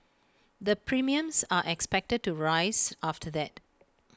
the premiums are expected to rise after that